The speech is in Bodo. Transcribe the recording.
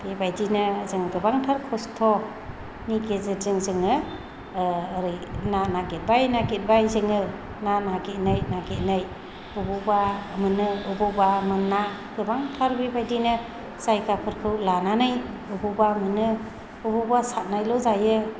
बेबायदिनो जों गोबांथार खस्त'नि गेजेरजों जोङो ओरै ना नागिरबायै नागिरबायै जोङो ना नागिरै नागिरै बबेयावबा मोनो बबेयावबा मोना गोबांथार बेबायदिनो जायगाफोरखौ लानानै बबेयावबा मोनो बबेयावबा सारनायल' जायो